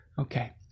Okay